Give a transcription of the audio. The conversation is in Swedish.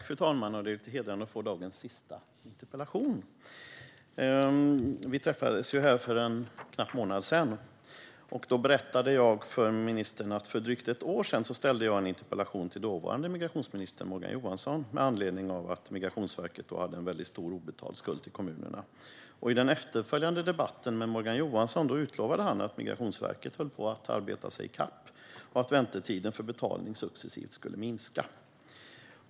Fru talman! Det är ju lite hedrande att få delta i dagens sista interpellationsdebatt. Ministern och jag träffades här för knappt en månad sedan. Då berättade jag att jag för drygt ett år sedan ställde en interpellation till dåvarande migrationsminister Morgan Johansson med anledning av att Migrationsverket hade en väldigt stor obetald skuld till kommunerna. I den efterföljande debatten utlovade han att Migrationsverket höll på att arbeta sig i kapp och att väntetiden för betalning successivt skulle minska.